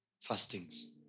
fastings